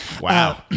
Wow